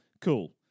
cool